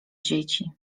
dzieci